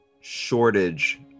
shortage